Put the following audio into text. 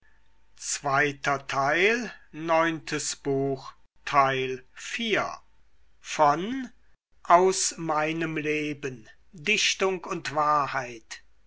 aus meinem leben dichtung und wahrheit